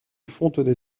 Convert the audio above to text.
fontenay